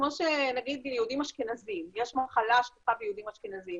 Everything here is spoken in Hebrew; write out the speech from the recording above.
כמו שביהודים אשכנזים יש מחלה שהיא שכיחה ביהודים אשכנזים,